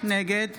נגד